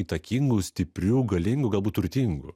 įtakingu stipriu galingu galbūt turtingu